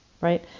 Right